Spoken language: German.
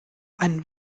einen